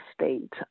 state